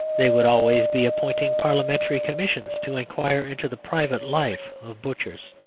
they would always be appointing parliamentary commissions to enquire into the private life of butchers.